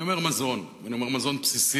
אני אומר מזון, אני אומר מזון בסיסי,